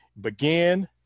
begin